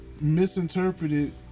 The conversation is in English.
misinterpreted